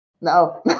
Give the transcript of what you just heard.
no